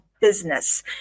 business